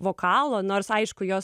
vokalo nors aišku jos